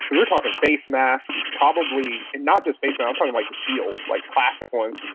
we're talking face masks, probably and not just face. i'm talking like and shields, like plastic ones,